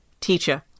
Teacher